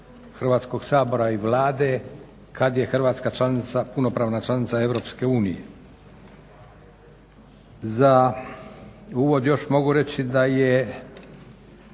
Hrvatskog sabora i Vlade kad je Hrvatska punopravna članica Europske unije. Za uvod još mogu reći da